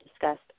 discussed